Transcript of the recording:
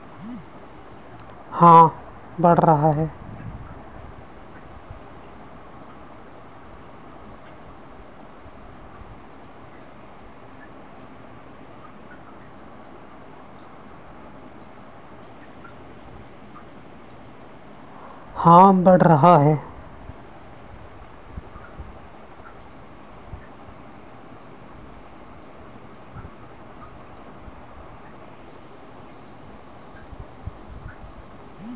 क्या paper printing उद्योग की वजह से ग्रीन हाउस गैसों का उत्सर्जन बढ़ रहा है?